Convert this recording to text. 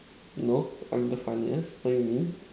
no I'm the funniest what you mean